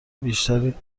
بیشتری